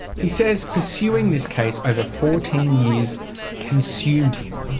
he says pursuing this case over fourteen years consumed him.